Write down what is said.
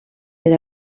per